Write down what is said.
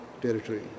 territory